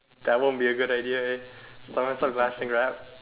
that won't be a good idea eh Grab